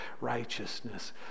righteousness